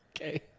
Okay